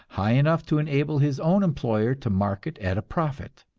high enough to enable his own employer to market at a profit.